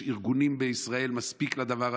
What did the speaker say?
יש מספיק ארגונים בישראל בשביל הדבר הזה.